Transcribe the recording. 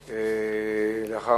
גנאים,